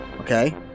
okay